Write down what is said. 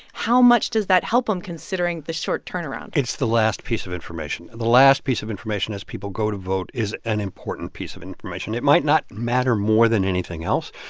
how much does that help him, considering the short turnaround? it's the last piece of information. the last piece of information as people go to vote is an important piece of information. it might not matter more than anything else,